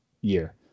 year